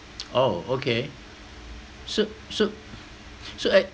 oh okay so so so uh